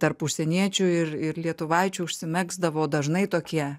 tarp užsieniečių ir ir lietuvaičių užsimegzdavo dažnai tokie